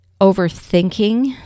overthinking